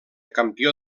campió